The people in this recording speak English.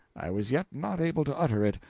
i was yet not able to utter it,